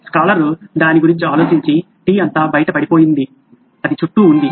scholar దాని గురించి ఆలోచించి టీ అంతా బయట పడిపోయిఉంది అది చుట్టూ ఉంది